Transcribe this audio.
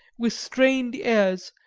with strained ears,